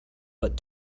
but